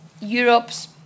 Europe's